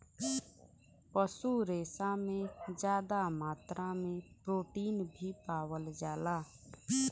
पशु रेसा में जादा मात्रा में प्रोटीन भी पावल जाला